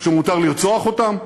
שמותר לרצוח אותם?